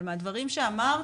אבל מהדברים שאמרת,